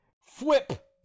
Flip